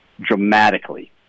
dramatically